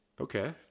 Okay